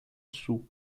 sul